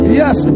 yes